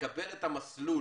יקבל את המסלול